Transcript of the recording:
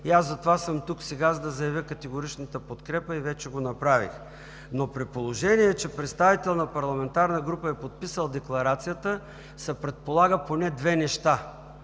и аз затова съм тук сега, за да заявя категоричната подкрепа и вече го направих. Но при положение че представител на парламентарна група е подписал декларацията, се предполагат поне две неща.